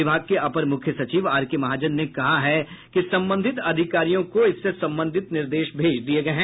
विभाग के अपर मुख्य सचिव आर के महाजन ने कहा है कि संबंधित अधिकारियों को निर्देश भेज दिया गया है